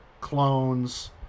clones